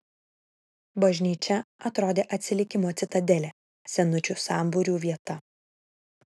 bažnyčia atrodė atsilikimo citadelė senučių sambūrių vieta